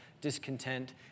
discontent